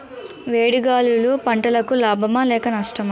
వేడి గాలులు పంటలకు లాభమా లేక నష్టమా?